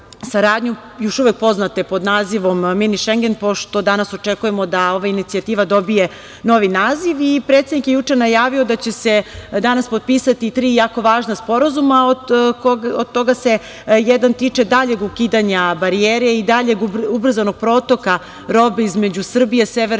još uvek poznate pod nazivom Mini Šengen, pošto danas očekujemo da ova inicijativa dobije novi naziv. Predsednik je juče najavio da će se danas potpisati tri jako važna sporazuma, a od toga se jedan tiče daljeg ukidanja barijere i daljeg ubrzanog protoka robe između Srbije, Severne